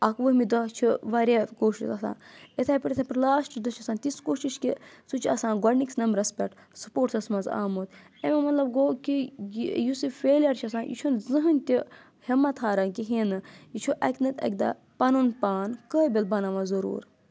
اکھ وُہمہِ دۄہ چھُ واریاہ کوٗشِش آسان اِتھَے پٲٹھۍ یِتھٕے پٲٹھۍ لاسٹ دۄہ چھِ آسان تِژھ کوٗشِش کہِ سُہ چھُ آسان گۄڈنِکِس نَمبرَس پؠٹھ سپوٹسَس منٛز آمُت اَمِیُک مطلب گوٚو کہِ یُس یہِ فیٚلِیَر چھُ آسان یہِ چھُنہٕ زٕہٕنۍ تہِ ہمَتھ ہاران کِہیٖنۍ نہٕ یہِ چھُ اَکہِ نتہٕ اَکہِ دۄہ پَنُن پان قٲبِل بَناوان ضَروٗر